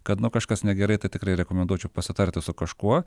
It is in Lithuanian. kad nu kažkas negerai tai tikrai rekomenduočiau pasitarti su kažkuo